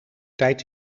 tijd